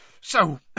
So